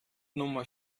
nummer